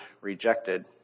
rejected